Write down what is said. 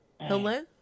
Hello